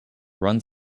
runs